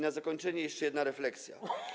Na zakończenie jeszcze jedna refleksja.